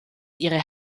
ihre